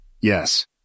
Yes